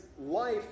life